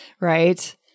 right